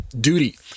duty